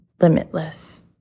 Limitless